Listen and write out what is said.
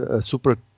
super